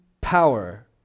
power